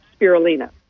spirulina